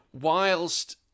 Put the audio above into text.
whilst